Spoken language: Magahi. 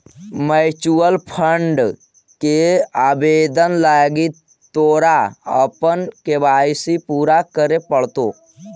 म्यूचूअल फंड के आवेदन लागी तोरा अपन के.वाई.सी पूरा करे पड़तो